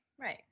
Right